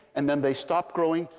and then they stop growing.